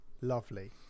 lovely